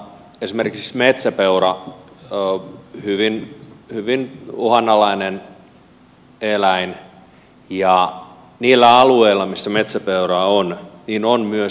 esimerkiksi metsäpeura on hyvin uhanalainen eläin ja niillä alueilla missä metsäpeuraa on on myös suurpetoja paljon